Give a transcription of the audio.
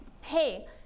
hey